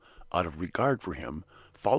out of regard for him,